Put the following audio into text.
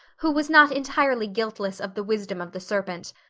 who was not entirely guiltless of the wisdom of the serpent,